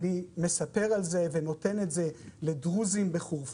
אני מספר על זה ונותן את זה לדרוזים בחורפיש